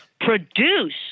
produce